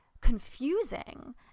confusing